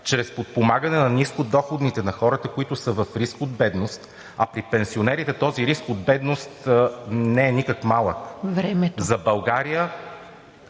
чрез подпомагане на нискодоходните, на хората, които са в риск от бедност, а при пенсионерите този риск от бедност не е никак малък. ПРЕДСЕДАТЕЛ ТАТЯНА